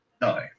no